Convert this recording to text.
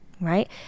right